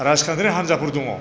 राजखान्थिनि हानजाफोर दङ